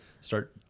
start